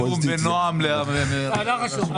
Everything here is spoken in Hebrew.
לא חשוב.